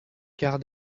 quart